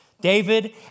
David